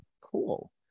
cool